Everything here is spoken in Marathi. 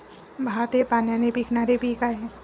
भात हे पाण्याने पिकणारे पीक आहे